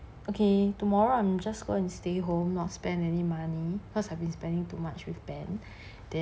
okay tomorrow I'm just going to stay home not spend any money cause I've been spending too much with ben